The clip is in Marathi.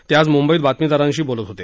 ते आज मुंबईत बातमीदारांशी बोलत होते